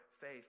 faith